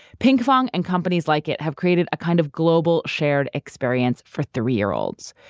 pinkfong and companies like it have created a kind of global shared experience for three-year-olds.